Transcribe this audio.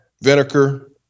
vinegar